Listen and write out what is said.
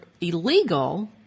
illegal